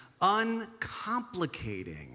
Uncomplicating